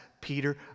Peter